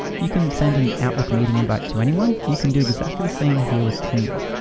you can send an outlook meeting invite to anyone. you can do exactly the same here with teams.